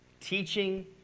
teaching